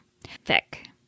Thick